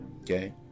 Okay